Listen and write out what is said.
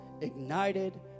ignited